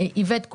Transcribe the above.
איווט עוזר לי,